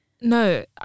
No